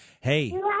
Hey